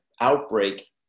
outbreak